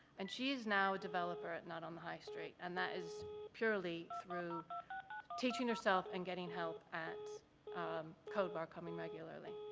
and she is now a developer at not on the high street. and that is purely through teaching herself and getting help at codebar, coming regularly.